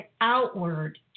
outward